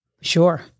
Sure